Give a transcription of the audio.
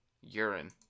Urine